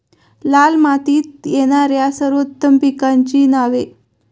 लाल मातीत येणाऱ्या सर्वोत्तम पिकांची नावे?